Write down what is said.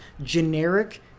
generic